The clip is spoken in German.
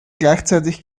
gleichzeitig